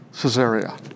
Caesarea